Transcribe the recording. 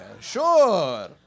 sure